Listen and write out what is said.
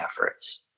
efforts